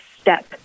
step